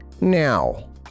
now